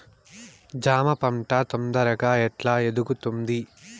జామ పంట తొందరగా ఎట్లా ఎదుగుతుంది?